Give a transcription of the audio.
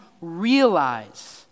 realize